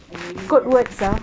and I used that